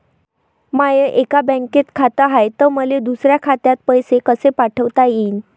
माय एका बँकेत खात हाय, त मले दुसऱ्या खात्यात पैसे कसे पाठवता येईन?